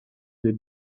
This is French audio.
des